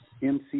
MC